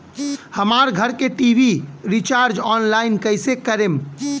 हमार घर के टी.वी रीचार्ज ऑनलाइन कैसे करेम?